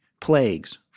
plagues